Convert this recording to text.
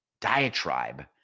diatribe